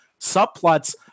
subplots